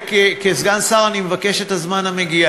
כסגן שר, אני מבקש את הזמן המגיע.